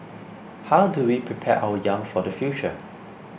how do we prepare our young for the future